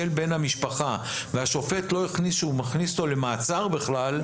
בן המשפחה והשופט לא החליט שהוא מכניס אותו למעצר בכלל,